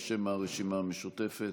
בשם הרשימה המשותפת,